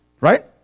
right